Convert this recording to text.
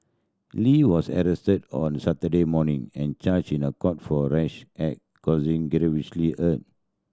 Lee was arrested on Saturday morning and charged in a court for rash act causing earn